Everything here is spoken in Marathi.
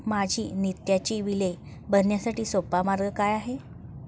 माझी नित्याची बिले भरण्यासाठी सोपा मार्ग काय आहे?